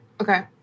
Okay